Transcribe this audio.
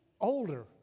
older